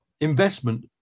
investment